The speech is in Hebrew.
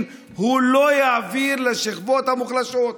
הוא לא יעביר לשכבות המוחלשות.